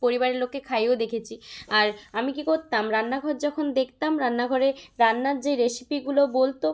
পরিবারের লোককে খাইয়েও দেখেছি আর আমি কী করতাম রান্নাঘর যখন দেখতাম রান্নাঘরে রান্নার যেই রেসিপিগুলো বলত